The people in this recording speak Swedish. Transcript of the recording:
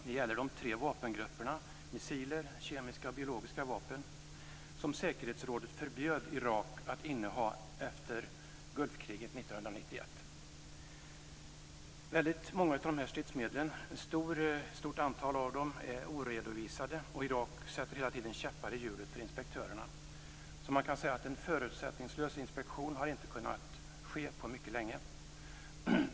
Det gäller de tre vapengrupper, missiler, kemiska vapen och biologiska vapen, som säkerhetsrådet förbjöd Irak att inneha efter Gulfkriget 1991. Väldigt många av de här stridsmedlen, ett stort antal av dem, är oredovisade. Irak sätter hela tiden käppar i hjulet för inspektörerna. Man kan alltså säga att en förutsättningslös inspektion inte har kunnat ske på mycket länge.